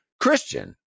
Christian